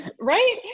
Right